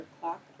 clock